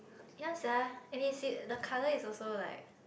ya sia and it's in the colour is also like